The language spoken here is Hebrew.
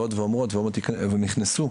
ונכנסנו,